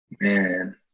man